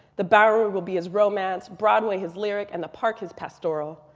the barrow will be his romance, broadway his lyric, and the park his pastoral.